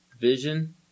Vision